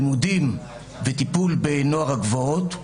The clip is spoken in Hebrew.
לימודים וטיפול בנוער הגבעות,